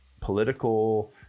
political